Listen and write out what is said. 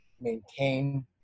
maintain